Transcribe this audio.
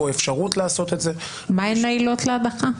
מה הן העילות להדחה?